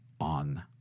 on